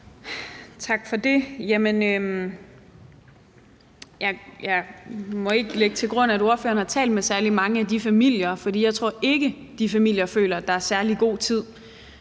Tak for det. Jamen jeg må ikke lægge til grund, at ordføreren har talt med særlig mange af de familier. For jeg tror ikke, de familier føler, at der er særlig god tid